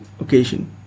occasion